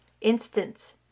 Instance